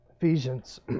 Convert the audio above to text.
Ephesians